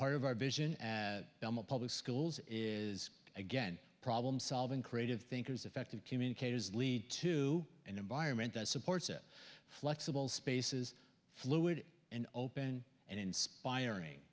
part of our vision as a public schools is again problem solving creative thinkers effective communicators lead to an environment that supports it flexible spaces fluid and open and inspiring